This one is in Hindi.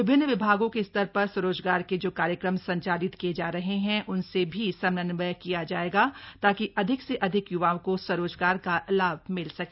विभिन्न विभागों के स्तर पर स्वरोजगार के जो कार्यक्रम संचालित किये जा रहे हैं उनसे भी समन्वय किया जायेगा ताकि अधिक से अधिक य्वाओं को स्वरोजगार का लाभ मिल सके